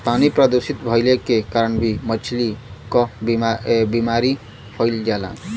पानी प्रदूषित भइले के कारण भी मछली क बीमारी फइल जाला